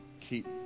keep